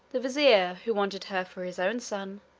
the vizier, who wanted her for his own son,